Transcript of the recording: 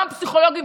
גם הפסיכולוגים.